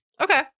Okay